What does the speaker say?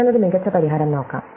അതിനാൽ ഒരു മികച്ച പരിഹാരം നോക്കാം